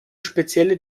spezielle